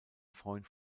freund